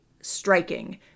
striking